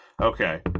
Okay